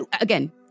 again